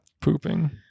Pooping